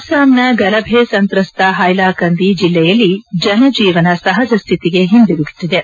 ಅಸ್ಸಾಂನ ಗಲಭೆ ಸಂತ್ರಸ್ತ ಹೈಲಾಕಂದಿ ಜಿಲ್ಲೆಯಲ್ಲಿ ಜನಜೀವನ ಸಹಜಸ್ಥಿತಿಗೆ ಹಿಂದಿರುಗುತ್ತಿದೆ